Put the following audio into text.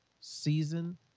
season